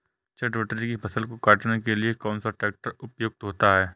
चटवटरी की फसल को काटने के लिए कौन सा ट्रैक्टर उपयुक्त होता है?